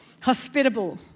hospitable